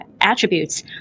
attributes